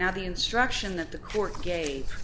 now the instruction that the court ga